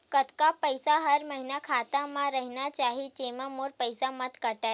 कतका पईसा हर महीना खाता मा रहिना चाही जेमा मोर पईसा मत काटे?